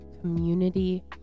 Community